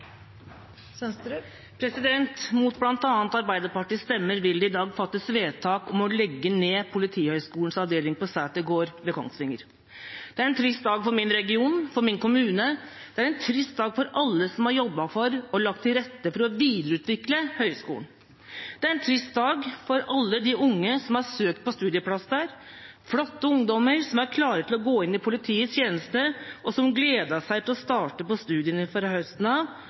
dag fattes vedtak om å legge ned Politihøgskolens avdeling på Sæter gård ved Kongsvinger. Det er en trist dag for min region, for min kommune. Det er en trist dag for alle som har jobbet for og lagt til rette for å videreutvikle høyskolen. Det er en trist dag for alle de unge som har søkt på studieplass der – flotte ungdommer, som er klare til å gå inn i politiets tjeneste, og som gledet seg til å starte studiene fra høsten av,